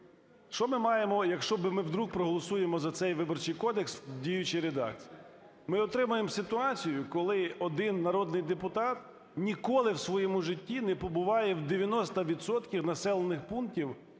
Що ми маємо, якщо би ми вдруг проголосуємо за цей Виборчий кодекс у діючій редакції? Ми отримаємо ситуацію, коли один народний депутат ніколи у своєму житті не побуває у 90 відсотків населених пунктів